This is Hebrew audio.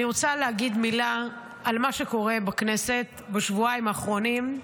אני רוצה להגיד מילה על מה שקורה בכנסת בשבועיים האחרונים,